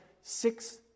six